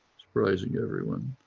surprising everyone,